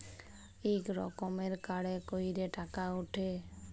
ইক রকমের কাড়ে ক্যইরে টাকা উঠে